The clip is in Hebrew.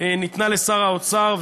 ניתנה לשר האוצר,